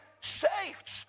saved